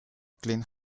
clint